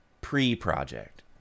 pre-project